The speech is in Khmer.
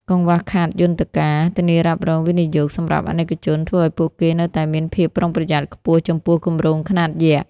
កង្វះខាតយន្តការ "ធានារ៉ាប់រងវិនិយោគ" សម្រាប់អាណិកជន ធ្វើឱ្យពួកគេនៅតែមានភាពប្រុងប្រយ័ត្នខ្ពស់ចំពោះគម្រោងខ្នាតយក្ស។